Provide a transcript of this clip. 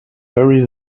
bury